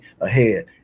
ahead